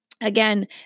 again